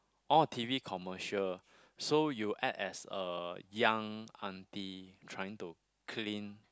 oh T_V commercial so you act as a young auntie trying to clean